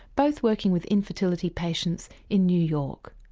both working with infertility patients in new york.